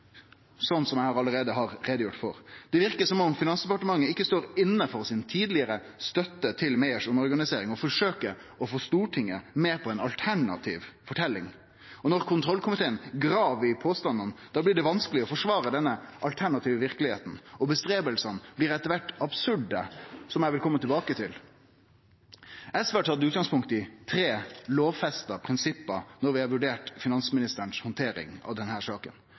allereie har gjort greie for. Det verkar som om Finansdepartementet ikkje står inne for si tidlegare støtte til omorganiseringa til Meyer og forsøkjer å få Stortinget med på ei alternativ forteljing. Og når kontrollkomiteen grev i påstandane, blir det vanskeleg å forsvare denne alternative verkelegheita – og strevet blir etter kvart absurd, noko som eg vil kome tilbake til. SV har tatt utgangspunkt i tre lovfesta prinsipp når vi har vurdert finansministeren si handtering av denne saka.